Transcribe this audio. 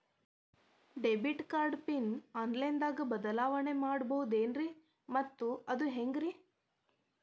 Debit card pin online ದಾಗ ಬದಲಾವಣೆ ಮಾಡಬಹುದೇನ್ರಿ ಮತ್ತು ಅದು ಹೆಂಗ್ರಿ?